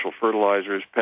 fertilizers